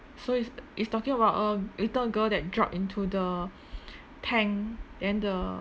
so it's it's talking about a little girl that drop into the tank then the